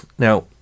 Now